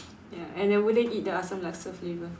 ya and I wouldn't eat the asam laksa flavour